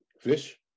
Fish